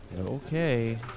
Okay